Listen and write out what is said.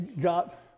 Got